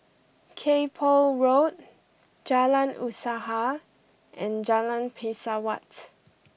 Kay Poh Road Jalan Usaha and Jalan Pesawat